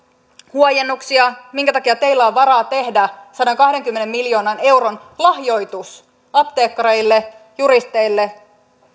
huojennuksia minkä takia teillä on varaa tehdä sadankahdenkymmenen miljoonan euron lahjoitus apteekkareille juristeille